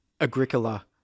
Agricola